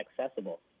accessible